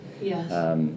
Yes